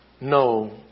No